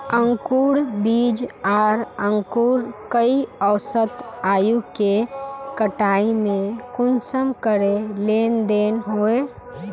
अंकूर बीज आर अंकूर कई औसत आयु के कटाई में कुंसम करे लेन देन होए?